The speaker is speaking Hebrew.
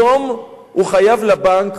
היום הוא חייב לבנק